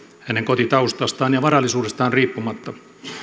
hänen kotitaustastaan ja varallisuudestaan riippumatta